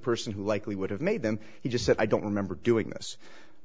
person who likely would have made them he just said i don't remember doing this